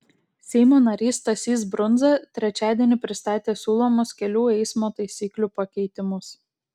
seimo narys stasys brundza trečiadienį pristatė siūlomus kelių eismo taisyklių pakeitimus